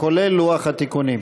כולל לוח התיקונים.